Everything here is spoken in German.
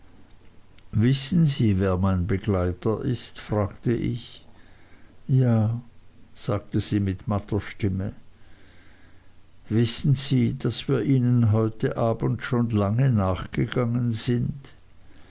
wissen sie wer mein begleiter ist fragte ich ja sagte sie mit matter stimme wissen sie daß wir ihnen heute abends schon lange nachgegangen sind